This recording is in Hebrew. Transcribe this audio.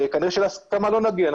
כנראה שלהסכמה לא נגיע,